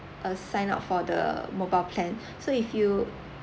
uh sign up for the mobile plan so if you